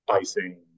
icing